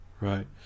Right